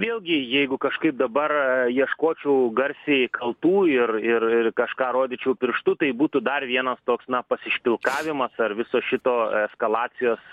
vėlgi jeigu kažkaip dabar ieškočiau garsiai kaltų ir ir ir į kažką rodyčiau pirštu tai būtų dar viena toks na pasišpilkavimas ar viso šito eskalacijos